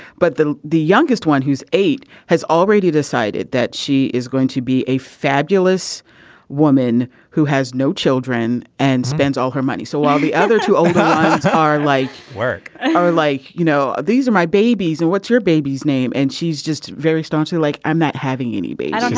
but the the youngest one who's eight has already decided that she is going to be a fabulous woman who has no children and spends all her money. so while the other two ah are like work and like you know these are my babies and what's your baby's name. and she's just very staunchly like i'm not having any babies